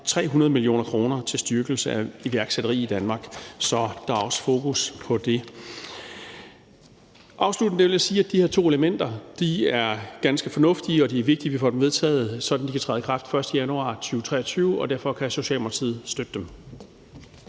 300 mio. kr. til en styrkelse af iværksætteri i Danmark. Så der er også fokus på det. Afsluttende vil jeg sige, at de her to elementer er ganske fornuftige. Det er vigtigt, at vi får dem vedtaget, sådan at de kan træde i kraft den 1. januar 2023, og derfor kan Socialdemokratiet støtte